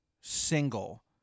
single